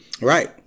Right